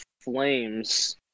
flames